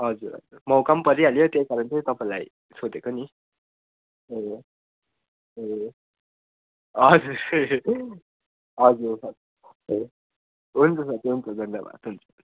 हजुर हजुर मौका परिहाल्यो त्यही कारण चाहिँ तपाईँलाई सोधेको नि ए ए हजुर हजुर हुन्छ साथी हुन्छ धन्यवाद हुन्छ